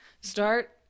Start